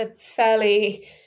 fairly